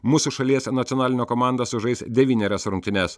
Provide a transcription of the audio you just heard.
mūsų šalies nacionalinė komanda sužais devynerias rungtynes